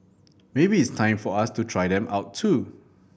maybe it's time for us to try them out too